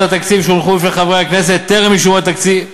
התקציב שהונחו בפני חברי הכנסת טרם אישור התקציב,